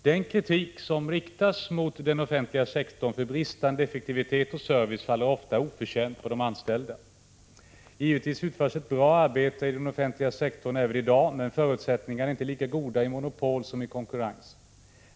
Den kritik som riktas mot den offentliga sektorn för bristande effektivitet och service faller ofta oförtjänt på de anställda. Givetvis utförs ett bra arbete i den offentliga sektorn även i dag, men förutsättningarna är inte lika goda i monopol som i konkurrens.